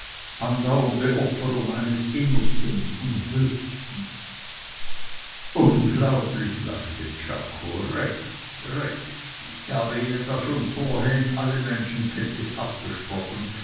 andauernde opferung eines innersten und höchsten unglaublich lachte czako rex rex ich hab ihnen da schon vorhin alle menschenkenntnis abgesprochen